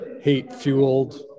hate-fueled